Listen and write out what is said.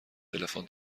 تلفن